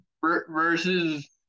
versus